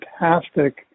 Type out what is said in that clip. fantastic